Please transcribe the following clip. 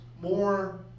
more